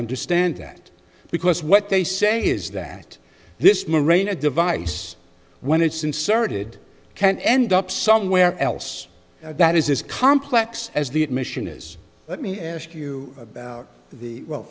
understand that because what they say is that this membrane a device when it's inserted can end up somewhere else that is complex as the admission is let me ask you about the well